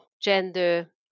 gender